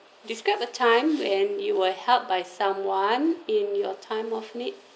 describe a time when you were helped by someone in your time of need